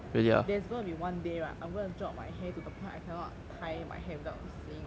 there's going to be one day right I'm gonna drop my hair to to the point I cannot tie my hair without seeing my scalp